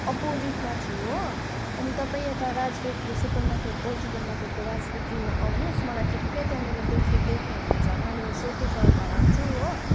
अपोजिटमा छु हो अनि तपाईँ यता Raj bakery super market old super मार्केटको राज बेकरीमा आउनुहोस् मलाई ठिकै त्यहाँनेर देख् देख्नु हुन्छ मैले सेतो सर्ट लगाएको छु हो